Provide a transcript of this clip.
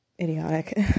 idiotic